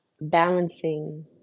Balancing